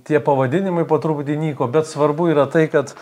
tie pavadinimai po truputį nyko bet svarbu yra tai kad